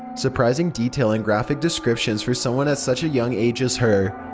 surprising detail and graphic descriptions for someone at such a young age as her.